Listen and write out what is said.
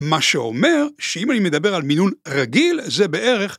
‫מה שאומר שאם אני מדבר על מינון רגיל, ‫זה בערך...